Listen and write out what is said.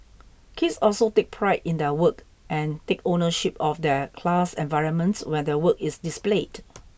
kids also take pride in their work and take ownership of their class environment when their work is displayed